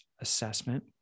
assessment